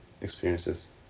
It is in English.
experiences